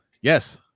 yes